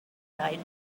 died